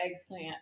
eggplant